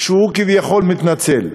שהוא כביכול מתנצל.